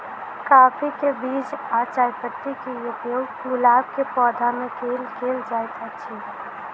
काफी केँ बीज आ चायपत्ती केँ उपयोग गुलाब केँ पौधा मे केल केल जाइत अछि?